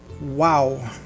Wow